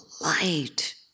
light